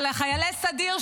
על חיילי הסדיר,